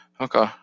Okay